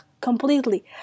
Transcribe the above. completely